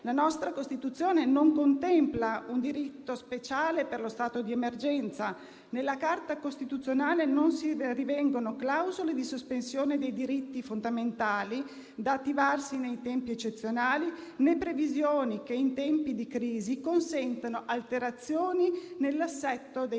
«La nostra Costituzione non contempla un diritto speciale per lo stato di emergenza (...) Nella Carta costituzionale non si rinvengono clausole di sospensione dei diritti fondamentali da attivarsi nei tempi eccezionali né previsioni che in tempi di crisi consentano alterazioni nell'assetto dei